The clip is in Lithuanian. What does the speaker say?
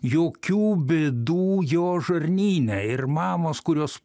jokių bėdų jo žarnyne ir mamos kurios